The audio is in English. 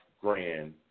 grand